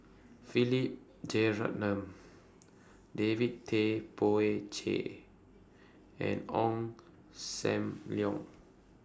Philip Jeyaretnam David Tay Poey Cher and Ong SAM Leong